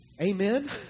Amen